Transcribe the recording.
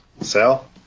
Sal